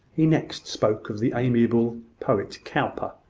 he next spoke of the amiable poet, cowper,